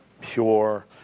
pure